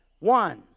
One